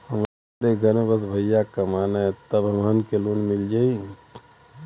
हमरे घर में बस भईया कमान तब हमहन के लोन मिल जाई का?